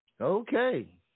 Okay